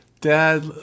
Dad